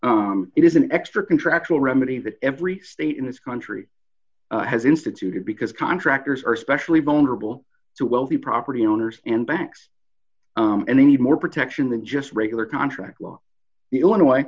exists it is an extra contractual remedy that every state in this country has instituted because contractors are especially vulnerable to wealthy property owners and banks and they need more protection than just regular contract law